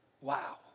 Wow